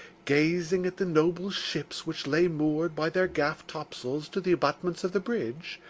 gazing at the noble ships which lay moored by their gaff-topsails to the abutments of the bridge,